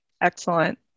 excellent